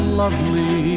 lovely